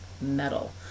metal